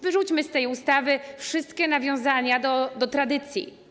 Wyrzućmy z tej ustawy wszystkie nawiązania do tradycji.